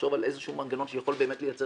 לחשוב על איזשהו מנגנון שיכול באמת לייצר